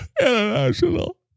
International